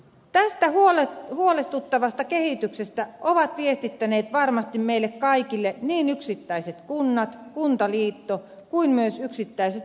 tästä huolestuttavasta kehityksestä ovat viestittäneet varmasti meille kaikille niin yksittäiset kunnat kuntaliitto kuin myös yksittäiset kuntalaiset